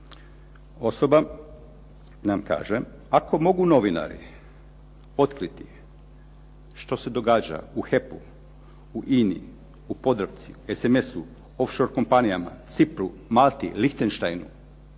osoba nam kaže: "Ako mogu novinari otkriti što se događa u HEP-u, u INA-i, u Podravci, SMS-u, of shore kompanijama, Cipru, Malti, Lihtenštajnu